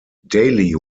daley